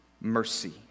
mercy